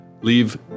leave